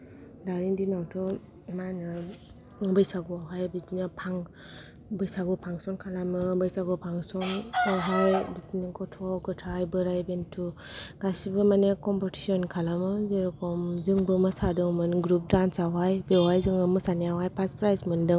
दानि दिनावथ' मा होनो बैसागुआवहाय बिदिनो बैसागु फांसन खालामो बैसागु फांसन आवहाय बिदिनो गथ' गथाय बोराय बेन्थु गासिबो माने कम्पिटिसन खालामो जेरखम जोंबो मोसादोंमोन ग्रुप दान्स आवहाय बेवहाय जों मोसानायाव हाय फार्स्थ फ्राइस मोनदोंमोन